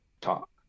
talk